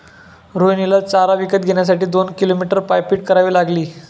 रोहिणीला चारा विकत घेण्यासाठी दोन किलोमीटर पायपीट करावी लागली